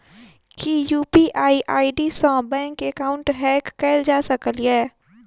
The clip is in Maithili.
की यु.पी.आई आई.डी सऽ बैंक एकाउंट हैक कैल जा सकलिये?